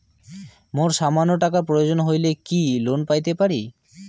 মোর সামান্য টাকার প্রয়োজন হইলে কি লোন পাইতে পারি?